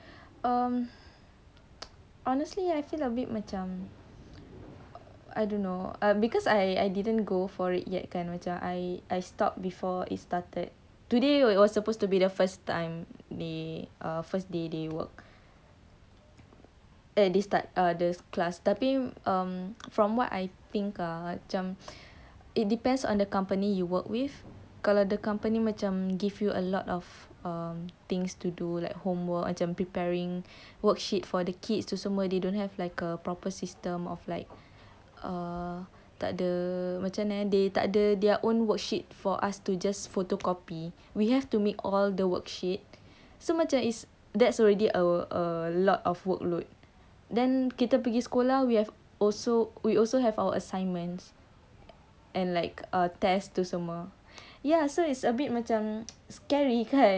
um honestly I feel like a bit macam I don't know because I I didn't go for it yet kan macam I stopped before it started today was supposed to be the first time day first day work at the start of the class tapi um from what I think ah macam it depends on the company you work with kalau the company macam give you a lot of uh things to do like homework macam preparing worksheets for the kids tu semua they don't have like a proper system like tak ada macam mana eh they tak ada their own worksheet for us to just photocopy we have to make all the worksheet so macam it's that already a a lot of workload then kita pergi sekolah we have also we also have our assignment and like test tu semua ya so it's like it's a bit macam scary kan